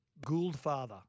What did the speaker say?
Gouldfather